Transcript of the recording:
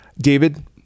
David